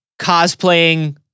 cosplaying